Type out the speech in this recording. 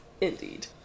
indeed